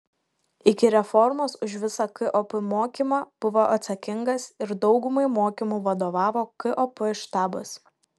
iki reformos už visą kop mokymą buvo atsakingas ir daugumai mokymų vadovavo kop štabas